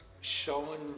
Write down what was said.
showing